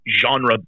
genre